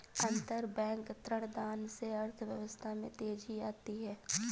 अंतरबैंक ऋणदान से अर्थव्यवस्था में तेजी आती है